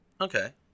okay